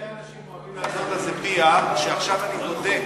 כי הרבה אנשים אוהבים לעשות על זה PR. כשעכשיו אני בודק,